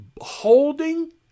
holding